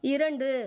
இரண்டு